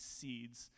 seeds